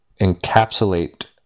encapsulate